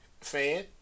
fan